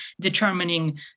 determining